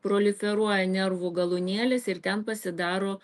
proliferuoja nervų galūnėlės ir ten pasidaro